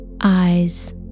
Eyes